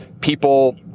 people